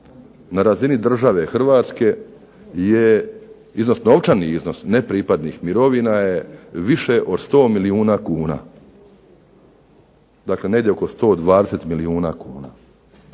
na razini države Hrvatske je iznos, novčani iznos nepripadnih mirovina je više od 100 milijuna kuna. Dakle, negdje oko 120 milijuna kuna.